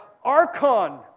Archon